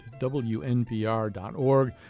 wnpr.org